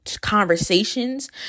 conversations